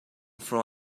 from